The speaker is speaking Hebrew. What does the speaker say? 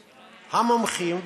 המומחים,